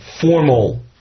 formal